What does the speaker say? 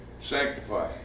sanctify